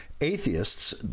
Atheists